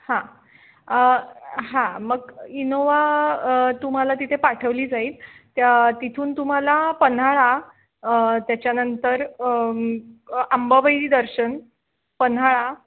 हां हां मग इनोवा तुम्हाला तिथे पाठवली जाईल तिथून तुम्हाला पन्हाळा त्याच्यानंतर आंबाबाई दर्शन पन्हाळा